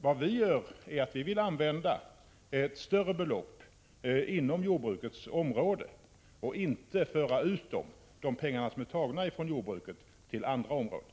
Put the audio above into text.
Vad vi gör att vi vill använda ett större belopp inom jordbrukets område och inte föra ut de pengar som är tagna från jordbruket till andra områden.